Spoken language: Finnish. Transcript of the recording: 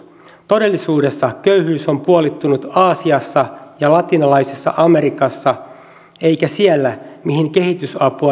todellisuudessa köyhyys on puolittunut aasiassa ja latinalaisessa amerikassa eikä siellä mihin kehitysapua on eniten suunnattu